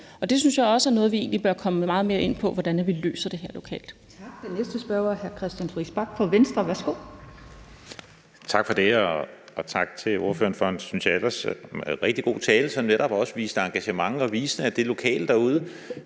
Det synes jeg også er noget, vi egentlig bør komme meget mere ind på hvordan vi løser lokalt.